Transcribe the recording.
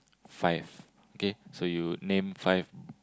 five K so you name five